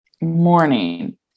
Morning